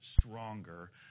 stronger